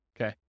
Okay